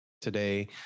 today